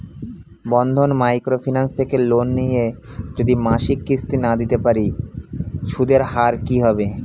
বন্ধন micro finance থেকে loan নিয়ে যদি মাসিক কিস্তি না দিতে পারি সুদের হার কি হবে?